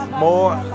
more